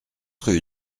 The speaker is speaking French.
rue